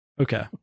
Okay